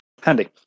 handy